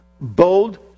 bold